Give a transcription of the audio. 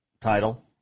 title